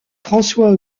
françois